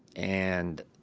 and